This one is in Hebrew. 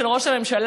של ראש הממשלה,